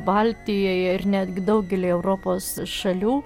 baltijoje ir netgi daugely europos šalių